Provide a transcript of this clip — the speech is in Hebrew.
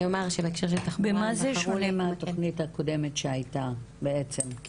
במה זה שונה מהתוכנית הקודמת שהייתה בעצם?